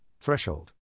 threshold